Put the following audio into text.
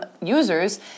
users